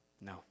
No